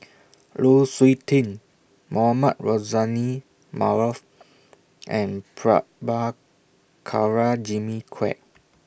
Lu Suitin Mohamed Rozani Maarof and Prabhakara Jimmy Quek